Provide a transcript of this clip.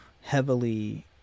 heavily